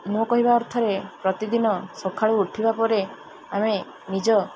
ମୋ କହିବା ଅର୍ଥରେ ପ୍ରତିଦିନ ସକାଳୁ ଉଠିବା ପରେ ଆମେ ନିଜ